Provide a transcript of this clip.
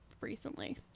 recently